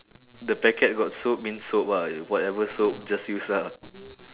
the packet got soap means soap ah whatever soap just use ah